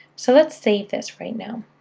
so let's save this right now,